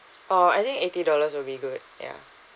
oh I think eighty dollars will be good ya